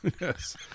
Yes